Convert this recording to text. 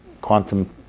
quantum